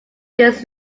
this